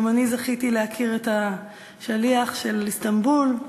אני גם זכיתי להכיר את השליח של איסטנבול,